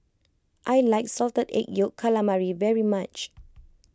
I like Salted Egg Yolk Calamari very much